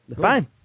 Fine